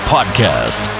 Podcast